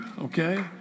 Okay